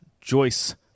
Joyce